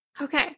Okay